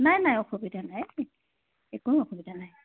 নাই নাই অসুবিধা নাই একো অসুবিধা নাই